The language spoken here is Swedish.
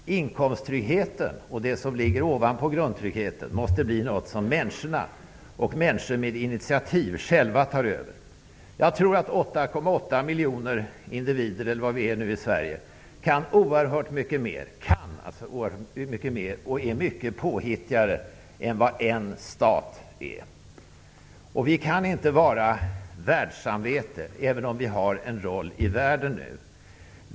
Inkomsttryggheten och det som ligger utanför grundtryggheten måste bli något som människor med initiativ själva tar över. Jag tror att 8,8 miljoner individer, eller vad vi nu är i Sverige, kan oerhört mycket mer och är oerhört mycket påhittigare än en stat. Vi kan inte vara världssamvete, även om vi har en roll i världen.